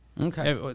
Okay